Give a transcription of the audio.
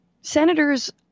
Senators